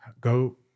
Go